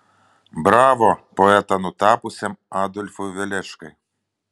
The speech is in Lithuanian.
bravo poetą nutapiusiam adolfui valeškai